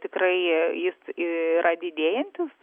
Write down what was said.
tikrai jis yra didėjantis